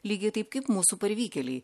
lygiai taip kaip mūsų parvykėliai